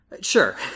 Sure